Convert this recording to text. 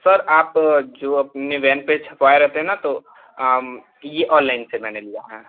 sir आप जो अपनी वैन पर छपवाए रहते हैं ना तो ये ऑनलाइन से मैंने लिया है